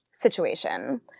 situation